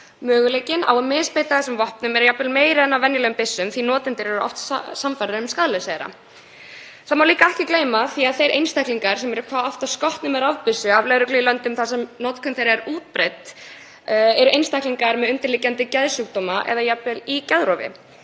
Möguleikinn á að misbeita þessum vopnum er jafnvel meiri en á venjulegum byssum því að notendur eru oft sannfærður um skaðleysi þeirra. Það má líka ekki gleyma því að þeir einstaklingar sem eru hvað oftast skotnir með rafbyssu af lögreglu í löndum þar sem notkun þeirra er útbreidd eru einstaklingar með undirliggjandi geðsjúkdóma eða jafnvel í geðrofi.